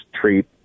treat